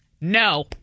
No